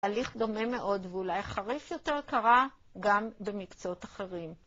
הליך דומה מאוד ואולי חריף יותר קרה גם במקצועות אחרים.